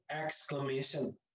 exclamation